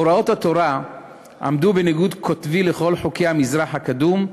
הוראות התורה עמדו בניגוד קוטבי לכל חוקי המזרח הקדום,